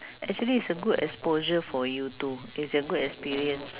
actually it's a good exposure for you too it's a good experience